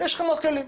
יש לכם עוד כלים.